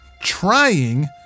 trying